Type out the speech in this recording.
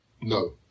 No